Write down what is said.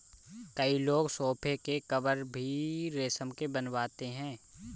कई लोग सोफ़े के कवर भी रेशम के बनवाते हैं